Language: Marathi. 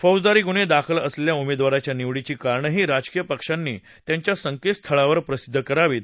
फौजदारी गुन्हे दाखल असलेल्या उमेदवाराच्या निवडीची कारणंही राजकीय पक्षांनी त्यांच्या संकेतस्थळावर प्रसिद्ध करावीत